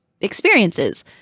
experiences